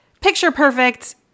picture-perfect